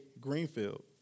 Greenfield